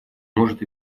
может